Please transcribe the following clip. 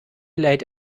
laid